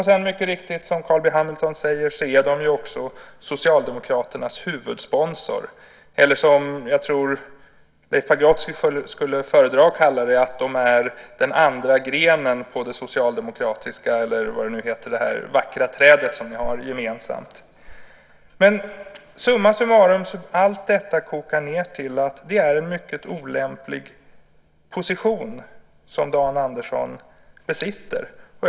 Som Carl B Hamilton mycket riktigt säger är LO också Socialdemokraternas huvudsponsor, eller, som jag tror att Leif Pagrotsky skulle föredra att kalla det, den andra grenen på det vackra träd som ni har gemensamt. Summa summarum kokar allt detta ned till att Dan Andersson besitter en mycket olämplig position.